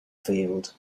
field